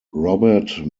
robert